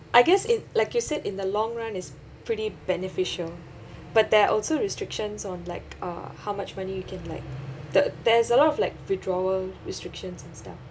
I guess it like you said in the long run is pretty beneficial but there're also restrictions on like uh how much money you can like the there's a lot of like withdrawal restrictions and stuff